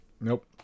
Nope